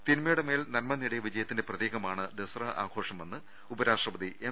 തിന്മയുടെ മേൽ നന്മ നേടിയ വിജയത്തിന്റെ പ്രതീകമാണ് ദസറ ആഘോഷമെന്ന് ഉപരാഷ്ട്രപതി എം